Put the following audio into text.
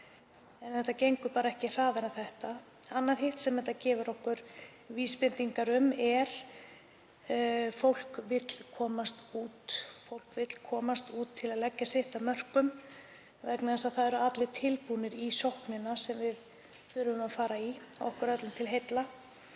En þetta gengur bara ekki hraðar. Annað sem þetta gefur okkur vísbendingar um er að fólk vill komast út til að leggja sitt af mörkum, vegna þess að allir eru tilbúnir í sóknina sem við þurfum að fara í, okkur öllum til heilla.